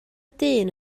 dyn